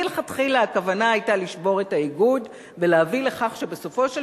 מלכתחילה הכוונה היתה לשבור את האיגוד ולהביא לכך שבסופו של